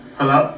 Hello